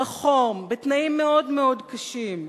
בחום, בתנאים מאוד מאוד קשים,